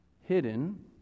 hidden